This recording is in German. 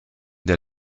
der